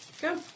Go